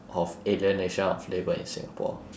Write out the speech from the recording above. of alienation of labour in singapore